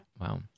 Wow